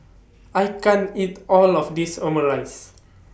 I can't eat All of This Omurice